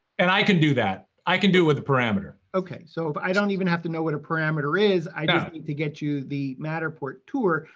and i can do that, i can do it with a parameter. okay, so but i don't even have to know what a parameter is, i just need to get you the matterport tour,